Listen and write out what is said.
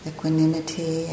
Equanimity